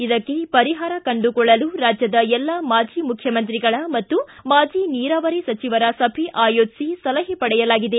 ಇದಕ್ಕೆ ಪರಿಹಾರ ಕಂಡುಕೊಳ್ಳಲು ರಾಜ್ಯದ ಎಲ್ಲಾ ಮಾಜಿ ಮುಖ್ಯಮಂತ್ರಿಗಳ ಮತ್ತು ಮಾಜಿ ನೀರಾವರಿ ಸಚಿವರ ಸಭೆ ಆಯೋಜಿಸಿ ಸಲಹೆ ಪಡೆಯಲಾಗಿದೆ